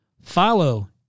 Follow